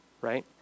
right